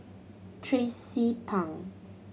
Tracie Pang